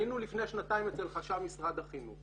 היינו לפני שנתיים אצל חשב משרד החינוך